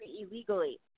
illegally